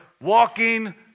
walking